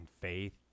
faith